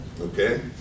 okay